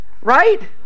Right